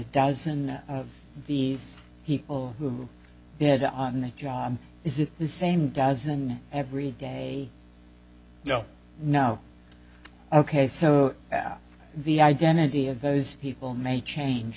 dozen of these people who bid on the job is it the same dozen every day no no ok so the identity of those people may change